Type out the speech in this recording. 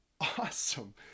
awesome